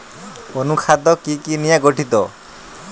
অনুখাদ্য কি কি নিয়ে গঠিত?